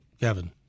Kevin